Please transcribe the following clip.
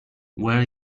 where